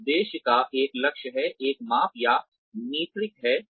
उस उद्देश्य का एक लक्ष्य है एक माप या मीट्रिक है